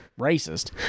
racist